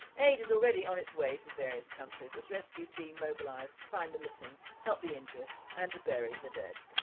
aid is already on its way from various countries as rescue team mobilise to find the missing, help the injured and to bury the dead.